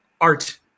art